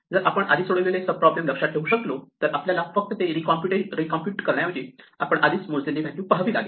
जर आपण आधी सोडवलेले सब प्रॉब्लेम लक्षात ठेवू शकलो तर आपल्याला फक्त ते रिकॉम्पुट करण्याऐवजी आपण आधीच मोजलेली व्हॅल्यू पाहावी लागेल